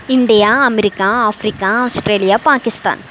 India America Africa Australia Pakistan